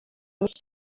میشه